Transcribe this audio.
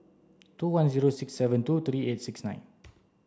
two one zero six seven two three eight six nine